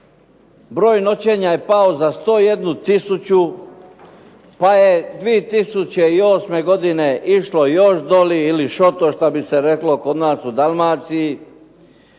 broj noćenja je pao za 101 tisuću, pa je 2008. godine išlo još doli ili šoto što bi se reklo kod nas u Dalmaciji.